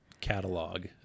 catalog